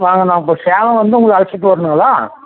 வாங்க நான் இப்போ சேலம் வந்து உங்களை அழைச்சிட்டு வரணுங்களா